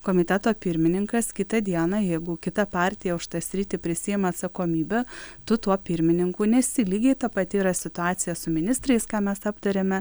komiteto pirmininkas kitą dieną jeigu kita partija už tą sritį prisiima atsakomybę tu tuo pirmininku nesi lygiai ta pati yra situacija su ministrais ką mes aptariame